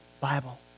Bible